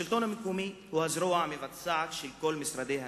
השלטון המקומי הוא הזרוע המבצעת של כל משרדי הממשלה,